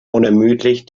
unermüdlich